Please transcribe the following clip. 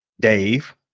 Dave